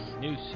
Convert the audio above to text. News